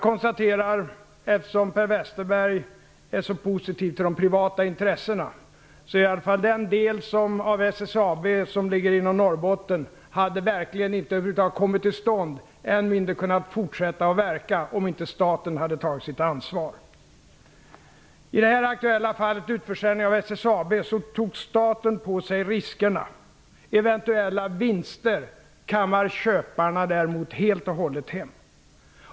Per Westerberg är mycket positiv till de privata intressena, men jag konstaterar att i alla fall den del av SSAB som ligger inom Norrbotten verkligen inte hade kommit till stånd, än mindre hade kunnat fortsätta att verka, om inte staten hade tagit sitt ansvar. I det här aktuella fallet, med utförsäljningen av SSAB, tog staten på sig riskerna. Eventuella vinster kammar köparna däremot hem helt och hållet.